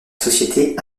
société